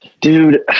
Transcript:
Dude